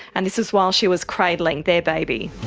and this was while she was cradling their baby.